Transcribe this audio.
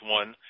one